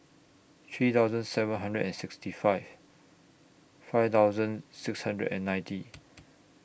three thousand seven hundred and sixty five five thousand six hundred and ninety